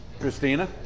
christina